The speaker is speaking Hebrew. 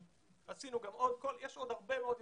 יש עוד הרבה מאוד יוזמות.